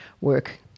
work